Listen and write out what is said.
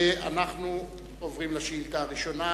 ואנחנו עוברים לשאילתא הראשונה.